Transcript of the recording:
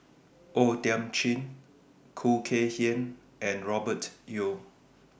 O Thiam Chin Khoo Kay Hian and Robert Yeo